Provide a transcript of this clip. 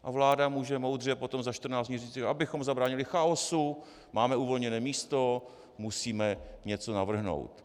A vláda může moudře potom za čtrnáct dnů říci: abychom zabránili chaosu, máme uvolněné místo, musíme něco navrhnout.